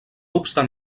obstant